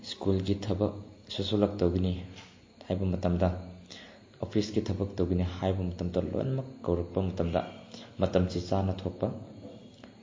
ꯁꯀ꯭ꯨꯜꯒꯤ ꯊꯕꯛ social work ꯇꯧꯒꯅꯤ ꯍꯥꯏꯕ ꯃꯇꯝꯗ ꯑꯣꯐꯤꯁꯀꯤ ꯊꯕꯛ ꯇꯧꯒꯅꯤ ꯍꯥꯏꯕ ꯃꯇꯝꯗ ꯂꯣꯏꯅꯃꯛ ꯀꯧꯔꯛꯄ ꯃꯇꯝꯗ ꯃꯇꯝꯁꯦ ꯆꯥꯅ ꯊꯣꯛꯄ